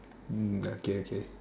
like okay okay